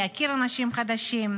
להכיר אנשים חדשים.